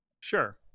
Sure